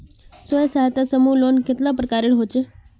स्वयं सहायता समूह लोन कतेला प्रकारेर होचे?